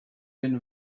been